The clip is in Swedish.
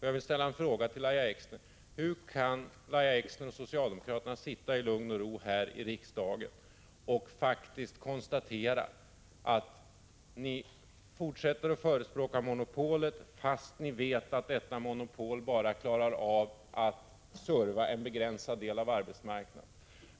Jag vill ställa en fråga till Lahja Exner: Hur kan Lahja Exner och övriga socialdemokrater sitta i lugn och ro här i riksdagen och faktiskt konstatera att ni fortsätter att förespråka monopolet fastän ni vet att denna monopolmyndighet bara klarar av att serva en begränsad del av arbetsmarknaden?